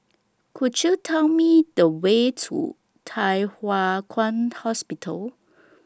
Could YOU Tell Me The Way to Thye Hua Kwan Hospital